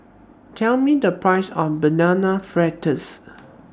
Tell Me The Price of Banana Fritters